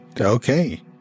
Okay